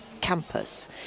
campus